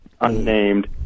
unnamed